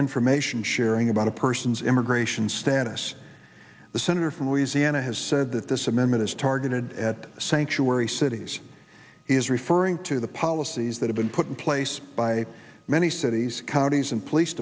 information sharing about a person's immigration status the senator from louisiana has said that this amendment is targeted at sanctuary cities he is referring to the policies that have been put in place by many cities counties and police